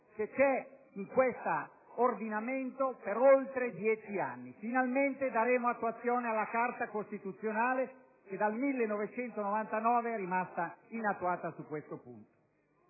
presente in questo ordinamento da oltre dieci anni. Finalmente, daremo attuazione alla Carta costituzionale, che dal 1999 è rimasta inattuata sul punto.